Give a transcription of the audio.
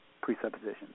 presuppositions